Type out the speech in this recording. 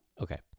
Okay